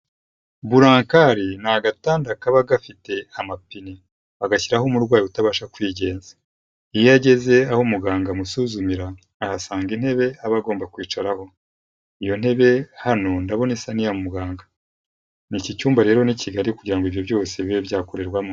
Buranankari ni agatanda kaba gafite amapine, bagashyiraho umurwayi utabasha kwigenza, iyo ageze aho muganga amusuzumira ahasanga intebe aba agomba kwicaraho, iyo ntebe hano ndabona isa n'iya muganga, iki cyumba rero ni kigali kugira ngo ibyo byose bibe byakorerwamo.